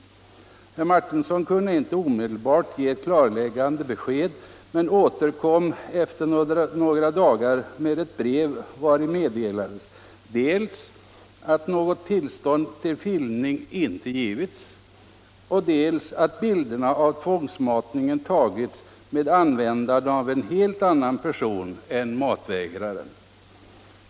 Herr Martinsson kunde inte omedelbart ge ett klarläggande besked, men återkom efter några dagar med ett brev, vari meddelades dels att något tillstånd till filmning inte givits, dels att bilderna av tvångsmatningen tagits med 157 användande av en helt annan person än matvägraren.